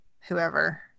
Whoever